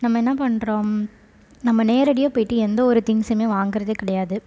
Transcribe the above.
நம்ம என்ன பண்ணுறோம் நம்ம நேரடியாக போயிட்டு எந்த ஒரு திங்க்ஸுமே வாங்கறதே கிடையாது